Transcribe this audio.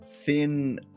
thin